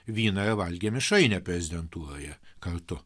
vyną ir valgė mišrainę prezidentūroje kartu